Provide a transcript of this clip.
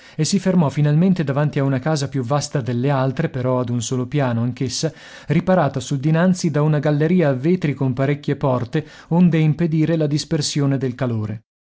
e si fermò finalmente davanti a una casa più vasta delle altre però ad un solo piano anch'essa riparata sul dinanzi da una galleria a vetri con parecchie porte onde impedire la dispersione del calore